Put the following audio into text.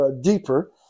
deeper